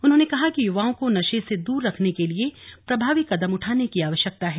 उन्होंने कहा कि युवाओं को नशे से दूर रखने के लिए प्रभावी कदम उठाने की आवश्यकता है